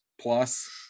plus